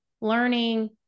learning